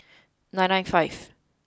nine nine five